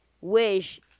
wish